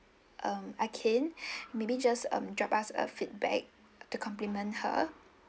um okay maybe just um drop us a feedback to compliment her